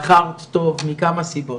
בחרנו אותו מכמה סיבות,